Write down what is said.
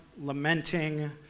lamenting